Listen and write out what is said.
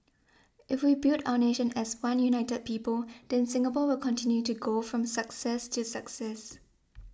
if we build our nation as one united people then Singapore will continue to go from success to success